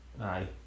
Aye